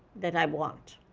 that i want.